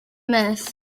myth